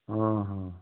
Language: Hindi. हाँ हाँ